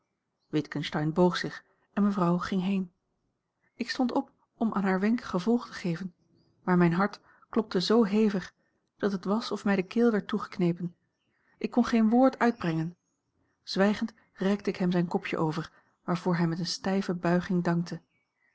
witgensteyn boog zich en mevrouw ging heen ik stond op om aan haar wenk gevolg te geven maar mijn a l g bosboom-toussaint langs een omweg hart klopte zoo hevig dat het was of mij de keel werd toegeknepen ik kon geen woord uitbrengen zwijgend reikte ik hem zijn kopje over waarvoor hij met eene stijve buiging dankte